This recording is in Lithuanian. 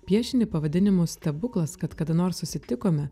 piešinį pavadinimu stebuklas kad kada nors susitikome